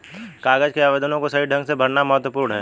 कागज के आवेदनों को सही ढंग से भरना महत्वपूर्ण है